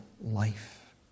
life